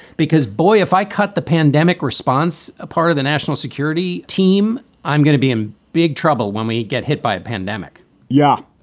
because, boy, if i cut the pandemic response apart of the national security team, i'm going to be in big trouble when we get hit by a pandemic yeah,